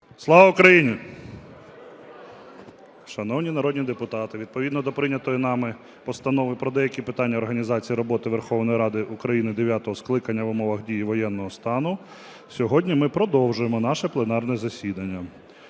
Слава Україні! Шановні народні депутати, відповідно до прийнятої нами Постанови "Про деякі питання організації роботи Верховної Ради України дев'ятого скликання в умовах дії воєнного стану" сьогодні ми продовжуємо наше пленарне засідання.